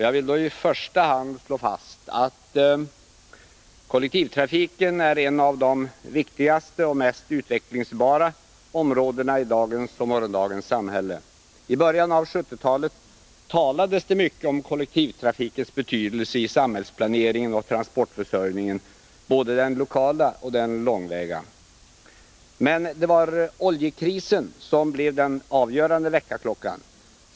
Jag vill i första hand slå fast att kollektivtrafiken är ett av de viktigaste och mest utvecklingsbara områdena i dagens och morgondagens samhälle. I början av 1970-talet talades det mycket om kollektivtrafikens betydelse i samhällsplaneringen och transportförsörjningen, både den lokala och den långväga. Men det var oljekrisen som blev den avgörande väckarklockan.